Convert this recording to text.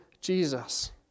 Jesus